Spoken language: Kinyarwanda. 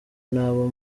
nabo